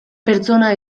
pertsona